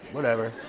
whatever.